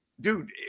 dude